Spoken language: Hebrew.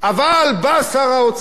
אבל בא שר האוצר,